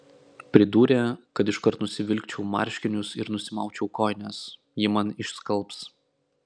pridūrė kad iškart nusivilkčiau marškinius ir nusimaučiau kojines ji man išskalbs